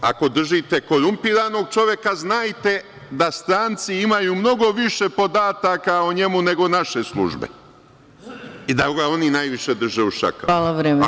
Ako držite korumpiranog čoveka, znajte da stranci imaju mnogo više podataka o njemu nego naše službe i da ga oni najviše drže u šakama.